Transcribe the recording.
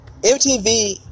MTV